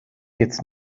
jetzt